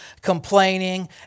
complaining